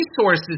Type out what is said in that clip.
resources